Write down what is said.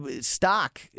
stock